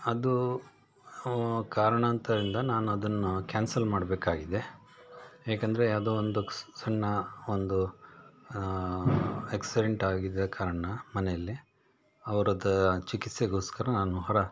ಅದು ಕಾರಣಾಂತರ್ದಿಂದ ನಾನು ಅದನ್ನು ಕ್ಯಾನ್ಸಲ್ ಮಾಡಬೇಕಾಗಿದೆ ಏಕೆಂದರೆ ಅದು ಒಂದು ಸ್ ಸಣ್ಣ ಒಂದು ಆಕ್ಸಿಡೆಂಟ್ ಆಗಿದ್ದ ಕಾರಣ ಮನೆಯಲ್ಲಿ ಅವ್ರದ್ದು ಚಿಕಿತ್ಸೆಗೋಸ್ಕರ ನಾನು ಹೊರ